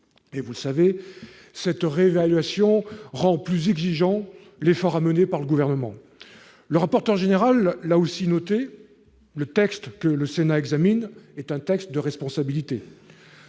Or, vous le savez, cette réévaluation rend l'effort à mener par le Gouvernement plus important. Le rapporteur général l'a aussi noté, le texte que le Sénat examine est un texte de responsabilité.